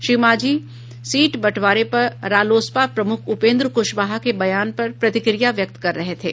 Shri Manjhi seat बंटवारे पर रालोसपा प्रमुख उपेन्द्र कुशवाहा के बयान पर प्रतिक्रिया व्यक्त कर रहे थे